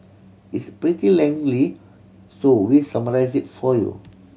it's pretty lengthy so we summarised it for you